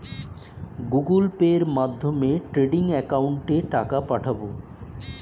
Google পের মাধ্যমে trading একাউন্টে টাকা পাঠাবো?